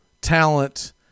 talent